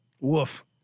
Woof